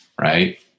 right